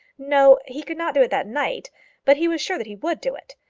no he could not do it that night but he was sure that he would do it.